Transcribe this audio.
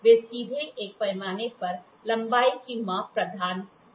वे सीधे एक पैमाने पर लंबाई का माप प्रदान नहीं करेंगे